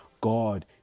God